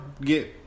get